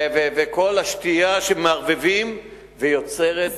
וכל השתייה שמערבבים ויוצרת,